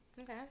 Okay